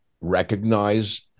recognize